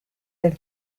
per